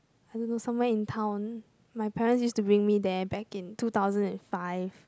I don't know somewhere in town my parents used to bring me there back in two thousand and five